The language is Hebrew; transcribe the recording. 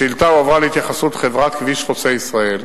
השאילתא הועברה להתייחסות חברת "חוצה ישראל"